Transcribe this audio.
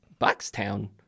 Buckstown